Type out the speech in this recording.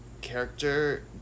character